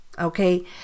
okay